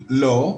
לא.